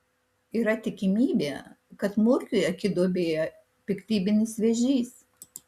yra tikimybė kad murkiui akiduobėje piktybinis vėžys